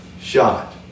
shot